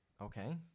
Okay